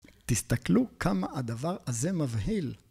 תסתכלו כמה הדבר הזה מבהיל.